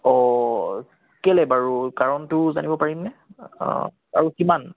অ' কেলৈ বাৰু কাৰণটো জানিব পাৰিমনে আৰু কিমান